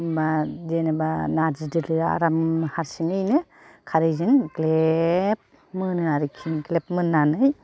होनबा जेन'बा नारजि दोलोआ आराम हारसिङैनो खारैजों ग्लेब मोनो आरिखि ग्लेब मोननानै